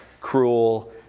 cruel